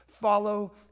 Follow